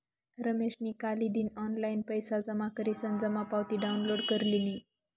रमेशनी कालदिन ऑनलाईन पैसा जमा करीसन जमा पावती डाउनलोड कर लिनी